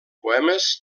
poemes